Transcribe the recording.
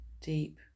deep